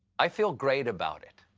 i feel great about it.